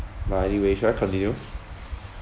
but anyway should I continue